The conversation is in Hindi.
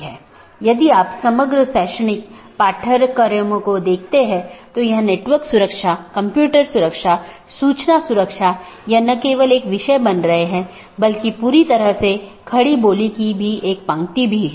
बाहरी गेटवे प्रोटोकॉल जो एक पाथ वेक्टर प्रोटोकॉल का पालन करते हैं और ऑटॉनमस सिस्टमों के बीच में सूचनाओं के आदान प्रदान की अनुमति देता है